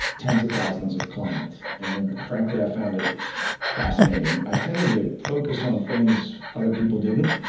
tens of thousands of clients, and frankly i found it fascinating. i tended to focus on things other people didn't.